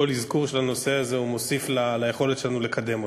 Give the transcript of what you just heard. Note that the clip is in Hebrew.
כל אזכור של הנושא הזה מוסיף ליכולת שלנו לקדם אותו.